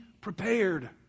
prepared